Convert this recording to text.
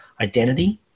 identity